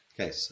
Okay